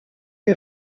les